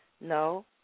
No